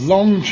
Long